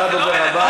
אתה הדובר הבא.